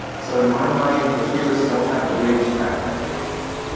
so to my mind the theorists don't have the greatest track record on this.